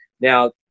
Now